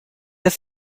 ist